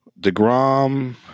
Degrom